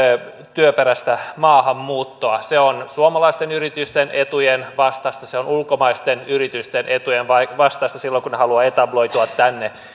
työperäistä maahanmuuttoa se on suomalaisten yritysten etujen vastaista se on ulkomaisten yritysten etujen vastaista silloin kun ne haluavat etabloitua tänne